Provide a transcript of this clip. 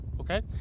Okay